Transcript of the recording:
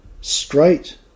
straight